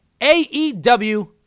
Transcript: AEW